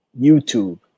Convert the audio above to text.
YouTube